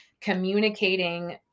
communicating